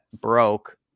broke